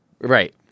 Right